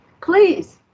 please